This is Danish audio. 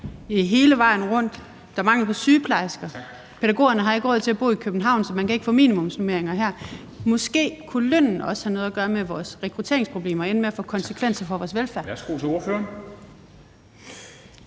er hele vejen rundt, der er mangel på sygeplejersker, og at pædagoger ikke har råd til at bo i København, så man kan ikke få minimumsnormeringer her, så kunne lønnen måske også have noget at gøre med vores rekrutteringsproblemer og ende med at få konsekvenser for vores velfærd.